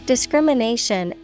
Discrimination